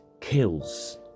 Kills